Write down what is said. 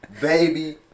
Baby